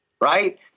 right